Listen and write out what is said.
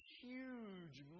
huge